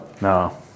No